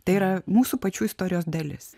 tai yra mūsų pačių istorijos dalis